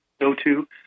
go-to